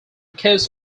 cares